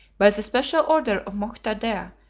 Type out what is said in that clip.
by the special order of moctader,